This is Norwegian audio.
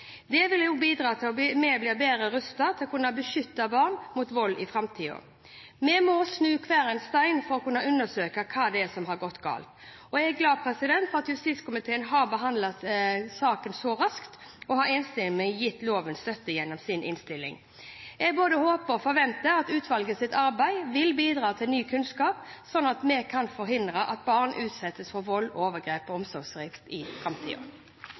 Det vil også bidra til at vi blir bedre rustet til å beskytte barn mot vold i framtiden. Vi må snu hver stein for å undersøke hva som har gått galt. Jeg er glad for at justiskomiteen har behandlet saken så raskt og enstemmig har gitt loven støtte gjennom sin innstilling. Jeg både håper og forventer at utvalgets arbeid vil bidra til ny kunnskap, slik at vi kan forhindre at barn utsettes for vold, overgrep og omsorgssvikt i